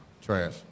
Trash